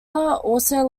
also